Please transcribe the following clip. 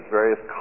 various